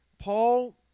Paul